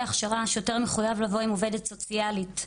ההכשרה שוטר חייב לבוא עם עובדת סוציאלית?